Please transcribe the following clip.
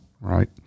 right